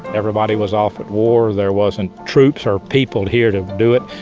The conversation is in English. everybody was off at war. there wasn't troops or people here to do it,